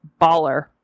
baller